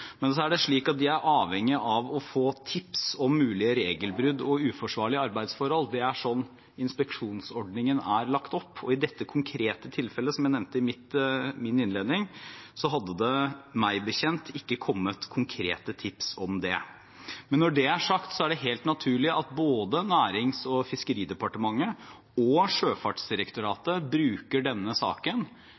men de er avhengig av å få tips om mulige regelbrudd og uforsvarlige arbeidsforhold. Det er slik inspeksjonsordningen er lagt opp, og i dette konkrete tilfellet – som jeg nevnte i min innledning – hadde det meg bekjent ikke kommet konkrete tips om det. Men når det er sagt, er det helt naturlig at både Nærings- og fiskeridepartementet og Sjøfartsdirektoratet bruker denne saken